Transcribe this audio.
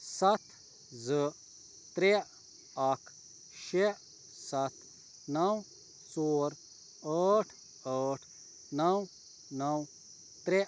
سَتھ زٕ ترٛےٚ اَکھ شےٚ سَتھ نَو ژور ٲٹھ ٲٹھ نَو نَو ترٛےٚ